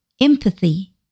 empathy